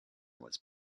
was